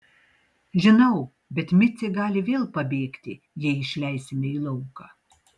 žinau bet micė gali vėl pabėgti jei išleisime į lauką